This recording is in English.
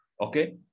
Okay